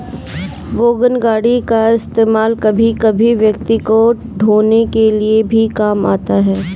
wagon गाड़ी का इस्तेमाल कभी कभी व्यक्ति को ढ़ोने के लिए भी काम आता है